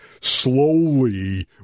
slowly